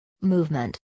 movement